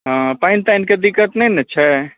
हँ पानि तानिके दिक्कत नहि ने छै